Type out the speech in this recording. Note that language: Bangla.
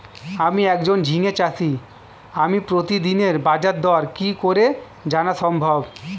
আমি একজন ঝিঙে চাষী আমি প্রতিদিনের বাজারদর কি করে জানা সম্ভব?